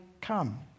come